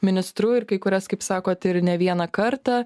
ministru ir kai kurias kaip sakot ir ne vieną kartą